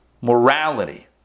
morality